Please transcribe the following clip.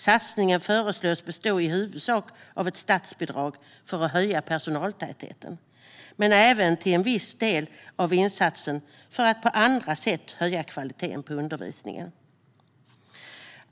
Satsningen föreslås bestå i huvudsak av ett statsbidrag för att höja personaltätheten men även till viss del av insatser för att på andra sätt höja kvaliteten på undervisningen.